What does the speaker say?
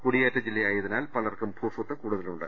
കുടിയേറ്റ ജില്ലയായതിനാൽ പലർക്കും ഭൂസ്വത്ത് കൂടുതലുണ്ട്